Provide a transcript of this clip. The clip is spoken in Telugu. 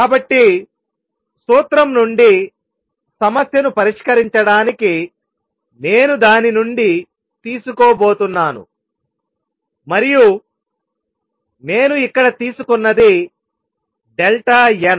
కాబట్టి సూత్రం నుండి సమస్యను పరిష్కరించడానికి నేను దాని నుండి తీసుకోబోతున్నాను మరియు నేను ఇక్కడ తీసుకున్నది n